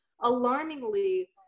alarmingly